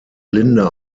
linda